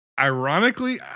Ironically